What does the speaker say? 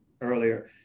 earlier